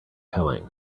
telling